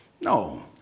No